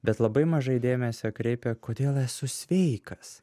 bet labai mažai dėmesio kreipia kodėl esu sveikas